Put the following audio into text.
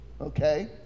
Okay